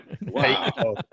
Wow